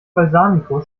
balsamico